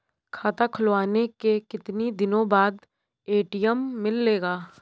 खाता खुलवाने के कितनी दिनो बाद ए.टी.एम मिलेगा?